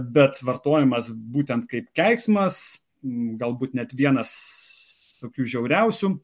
bet vartojamas būtent kaip keiksmas galbūt net vienas tokių žiauriausių